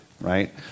right